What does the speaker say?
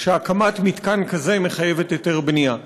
שהקמת מתקן כזה מחייבת היתר בנייה,